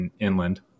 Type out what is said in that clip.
inland